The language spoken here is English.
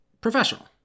professional